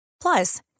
Plus